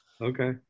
okay